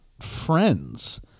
friends